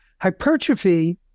hypertrophy